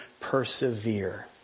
persevere